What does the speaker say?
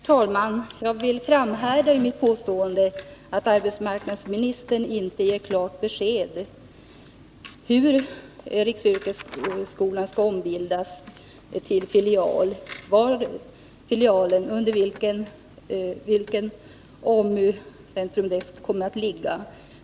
Herr talman! Jag framhärdar i mitt påstående att arbetsmarknadsministern inte ger klart besked om hur riksyrkesskolan skall ombildas till filial och under vilket AMU-center den kommer att ligga.